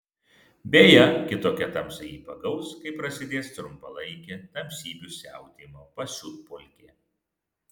beje kitokia tamsa jį pagaus kai prasidės trumpalaikė tamsybių siautėjimo pasiutpolkė